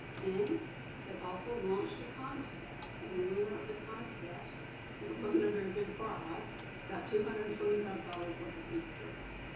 and they also launched a contest, and the winner of the contest it wasn't a very big prize got two hundred and twenty five dollars worth of beef jerky.